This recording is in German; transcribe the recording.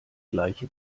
gleiche